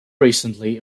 recently